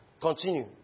Continue